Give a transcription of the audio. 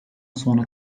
sonra